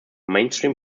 mainstream